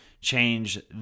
change